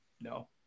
No